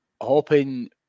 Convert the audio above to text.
hoping